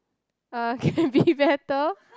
uh can be better